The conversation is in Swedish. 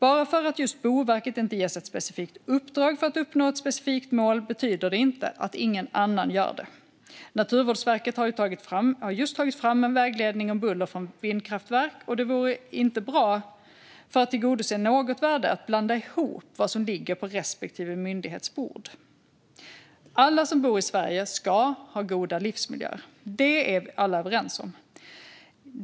Bara för att just Boverket inte ges ett specifikt uppdrag att uppnå ett specifikt mål betyder det inte att ingen annan har fått det. Naturvårdsverket har just tagit fram en vägledning om buller från vindkraftverk, och det vore inte bra för möjligheten att tillgodose något värde att blanda ihop vad som ligger på respektive myndighets bord. Alla som bor i Sverige ska ha goda livsmiljöer; det är vi alla överens om.